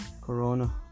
corona